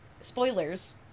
spoilers